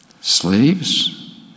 Slaves